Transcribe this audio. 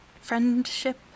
friendship